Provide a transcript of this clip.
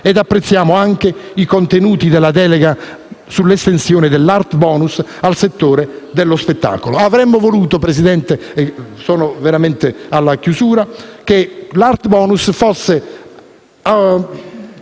Apprezziamo anche i contenuti della delega sull'estensione dell'Art bonus al settore dello spettacolo. Avremmo voluto, Presidente - mi avvio davvero alla conclusione - che l'Art bonus fosse